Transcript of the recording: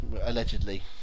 allegedly